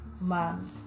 Man